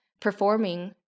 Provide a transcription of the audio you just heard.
performing